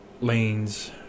lanes